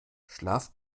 schlaf